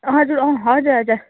हजुर अँ हजुर हजुर